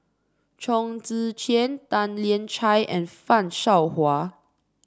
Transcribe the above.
Chong Tze Chien Tan Lian Chye and Fan Shao Hua